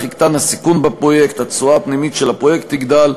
יקטן הסיכון בפרויקט התשואה הפנימית שלו תגדל,